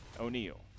O'Neill